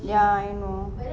ya I know